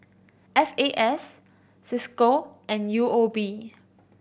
F A S Cisco and U O B